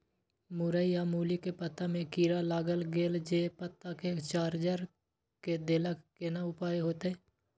मूरई आ मूली के पत्ता में कीरा लाईग गेल जे पत्ता के जर्जर के देलक केना उपाय होतय?